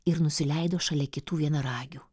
ir nusileido šalia kitų vienaragių